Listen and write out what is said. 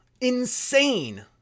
insane